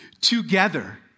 together